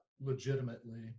legitimately